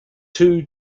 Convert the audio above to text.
two